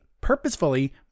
purposefully